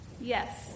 Yes